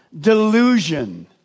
delusion